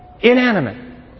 inanimate